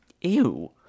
Ew